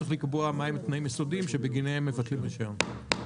צריך לקבוע מה הם תנאים יסודיים שבגינם מבטלים רישיון.